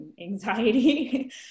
anxiety